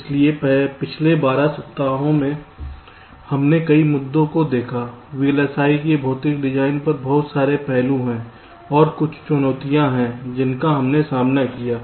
इसलिए पिछले 12 हफ्तों में हमने कई मुद्दों को देखा है VLSI के भौतिक डिजाइन पर बहुत सारे पहलू हैं और कुछ चुनौतियाँ हैं जिनका हमने सामना किया है